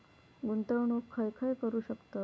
गुंतवणूक खय खय करू शकतव?